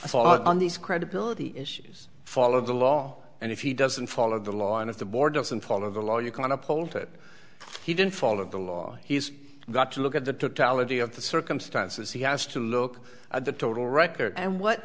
thought on these credibility issues follow the law and if he doesn't follow the law and if the board doesn't follow the law you can uphold it he didn't follow the law he's got to look at the totality of the circumstances he has to look at the total record and what